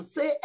Say